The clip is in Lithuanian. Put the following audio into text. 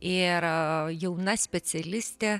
ir jauna specialistė